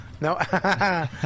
No